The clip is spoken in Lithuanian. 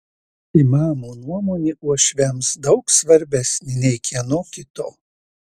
imamo nuomonė uošviams daug svarbesnė nei kieno kito